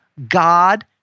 God